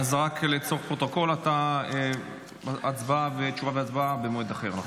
אז רק לצורך הפרוטוקול, תשובה והצבעה במועד אחר.